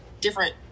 different